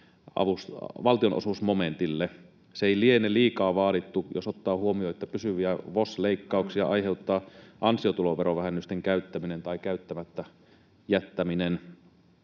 valtionosuusmomentille? Se ei liene liikaa vaadittu, jos ottaa huomioon, että pysyviä VOS-leikkauksia aiheuttaa ansiotulon verovähennysten käyttäminen tai käyttämättä jättäminen.